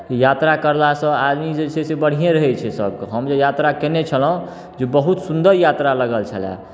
यात्रा कयलासँ आदमी जे छै से बढ़िएँ रहैत छै सभके हम जे यात्रा कयने छलहुँ जे बहुत सुन्दर यात्रा लागल छलय